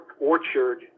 Orchard